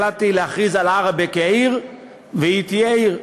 החלטתי להכריז על עראבה כעיר והיה תהיה עיר.